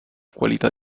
qualità